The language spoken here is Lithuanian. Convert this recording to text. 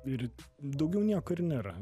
ir daugiau niekur nėra